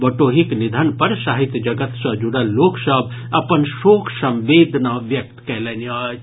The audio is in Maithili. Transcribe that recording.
बटोहीक निधन पर साहित्य जगत सॅ जुड़ल लोक सभ अपन शोक संवेदना व्यक्त कयलनि अछि